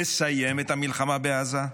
נסיים את המלחמה בעזה,